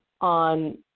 on